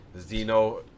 Zeno